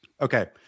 Okay